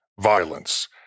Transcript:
violence